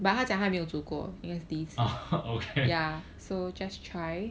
oh okay